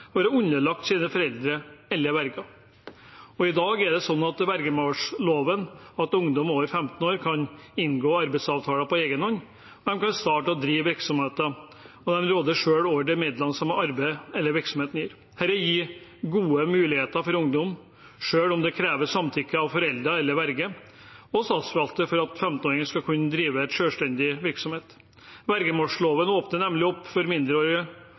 være underlagt sine foreldre eller verger. I dag er det sånn at i henhold til vergemålsloven kan ungdom over 15 år inngå arbeidsavtaler på egen hånd, de kan starte og drive virksomheter, og de råder selv over de midlene som arbeidet eller virksomheten gir. Dette gir gode muligheter for ungdom selv om det kreves samtykke fra foreldre eller verge og statsforvalter for at 15-åringer skal kunne drive en selvstendig virksomhet. Vergemålsloven åpner nemlig for at mindreårige